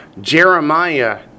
Jeremiah